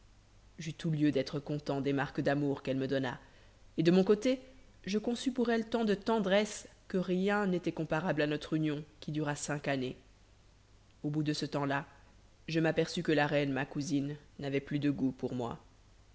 j'eus tout lieu d'être content des marques d'amour qu'elle me donna et de mon côté je conçus pour elle tant de tendresse que rien n'était comparable à notre union qui dura cinq années au bout de ce temps-là je m'aperçus que la reine ma cousine n'avait plus de goût pour moi